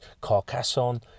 Carcassonne